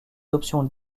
options